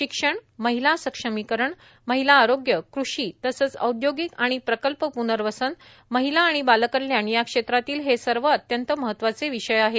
शिक्षण महिला सक्षमीकरण महिला आरोग्य कृषी तसच औद्योगिक आणि प्रकल्प प्नर्वसन महिला आणि बाल कल्याण या क्षेत्रातील हे सर्व अत्यंत महत्वाचे विषय आहेत